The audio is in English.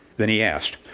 then he asked,